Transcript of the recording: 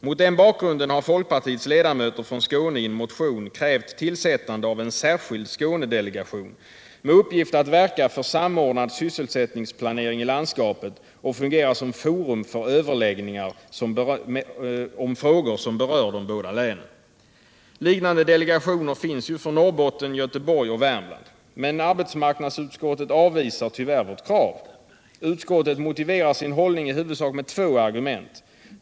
Mot den bakgrunden har folkpartiets ledamöter från Skåne i en motion krävt tillsättande av en särskild Skånedelegation med uppgift att verka för samordnad sysselsättningsplanering i landskapet och fungera som forum för överläggningar om frågor som berör de båda länen. Liknande delegationer finns för Norrbotten, Göteborg och Värmland. Men a, betsmarknadsutskottet avvisar tyvärr vårt krav. Utskottet motiverar sin hållning i huvudsak med två argument.